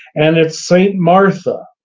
and it's st. martha.